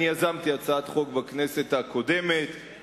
אני יזמתי הצעת חוק בכנסת הקודמת,